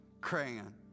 crayon